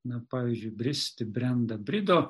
na pavyzdžiui bristi brenda brido